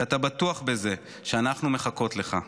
שאתה בטוח בזה שאנחנו מחכות לך.